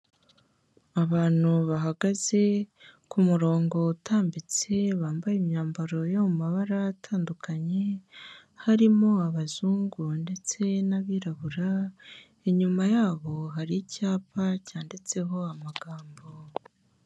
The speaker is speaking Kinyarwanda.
Abantu bahagaze ku murongo utambitse, bambaye imyambaro yo mu mabara atandukanye, harimo abazungu ndetse n'abirabura, inyuma yabo hari icyapa cyanditseho amagambo.